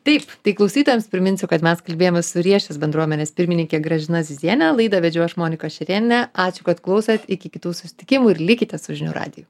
taip tai klausytojams priminsiu kad mes kalbėjomės su riešės bendruomenės pirmininke gražina ziziene laidą vedžiau aš monika šerėnė ačiū kad klausėt iki kitų susitikimų ir likite su žinių radiju